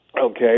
Okay